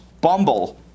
Bumble